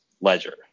ledger